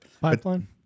Pipeline